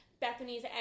Bethany's